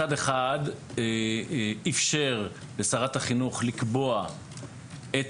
מצד אחד אפשר לשרת החינוך לקבוע את